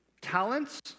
talents